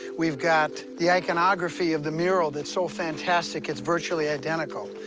we've got the iconography of the mural that's so fantastic. it's virtually identical.